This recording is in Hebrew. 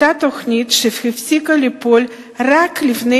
אותה תוכנית שהפסיקה לפעול רק לפני